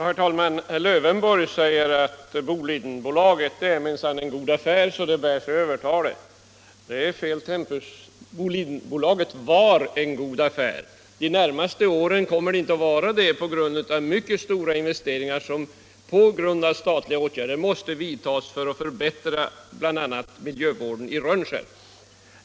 Herr talman! Herr Lövenborg säger att Boliden AB är minsann en god affär och att det är bäst att staten övertar det. Men då använder han fel tempus. Boliden AB var en god affär. De närmaste åren kommer det inte att vara det på grund av mycket stora investeringar som genom statliga åtgärder måste vidtas för att förbättra bl.a. miljövården i Rönnskär.